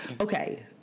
Okay